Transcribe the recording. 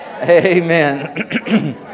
Amen